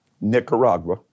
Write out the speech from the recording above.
Nicaragua